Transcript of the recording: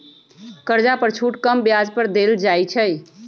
कर्जा पर छुट कम ब्याज दर पर देल जाइ छइ